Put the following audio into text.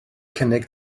cynnig